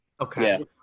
Okay